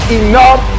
enough